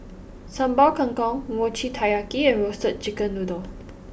Sambal Kangkong Mochi Taiyaki and Roasted Chicken Noodle